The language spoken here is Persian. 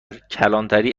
کلانتری